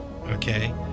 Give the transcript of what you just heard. okay